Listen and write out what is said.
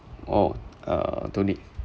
oh uh don't need